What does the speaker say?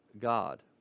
God